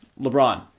lebron